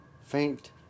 Faint